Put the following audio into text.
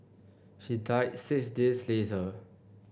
he died six days later